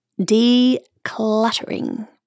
decluttering